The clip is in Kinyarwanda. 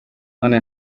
none